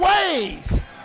ways